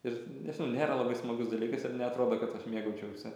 ir nežinau nėra labai smagus dalykas ir neatrodo kad aš mėgaučiausi